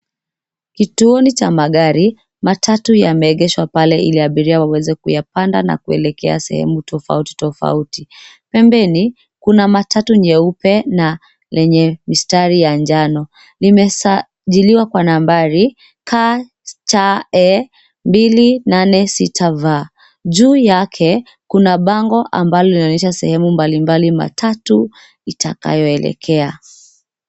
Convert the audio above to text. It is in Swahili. Kituoni cha magari matatu yameegeshwa ili abiria waweze kuyapanda na kuelekea sehemu tofauti tofauti pembeni, kuna matatu nyeupe na lenye mistari ya njano limesajiliwa kwa nambari KCE286V. Juu yake kuna bango ambalo linaonyesha sehemu mbalimbali matatu itakayoelekea.